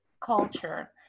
culture